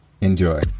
Enjoy